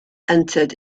entered